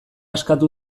eskatu